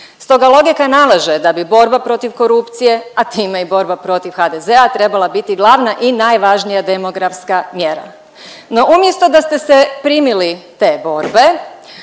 stoga logika nalaže da bi borba protiv korupcije, a time i borba protiv HDZ-a trebala biti glavna i najvažnije demografska mjera. No umjesto da ste se primili te borbe,